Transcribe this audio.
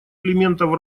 элементов